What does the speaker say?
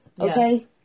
Okay